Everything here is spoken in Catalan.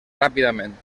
ràpidament